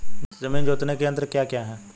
जमीन जोतने के यंत्र क्या क्या हैं?